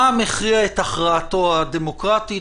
העם הכריע את הכרעתו הדמוקרטית.